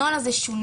הנוהל הזה שונה,